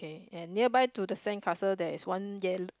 and nearby to the sandcastle there is one yellow